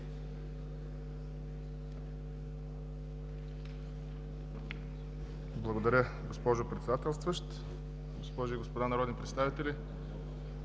Благодаря Ви, госпожо Председател. Госпожи и господа народни представители,